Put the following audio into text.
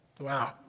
Wow